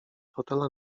fotela